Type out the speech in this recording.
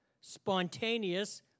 spontaneous